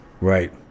right